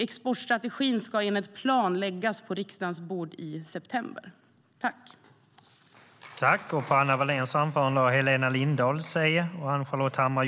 Exportstrategin ska enligt planen läggas på riksdagens bord i september.